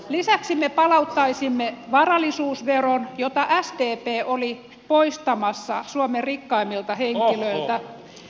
lisäksi me palauttaisimme varallisuusveron jota sdp oli poistamassa suomen rikkaimmilta henkilöiltä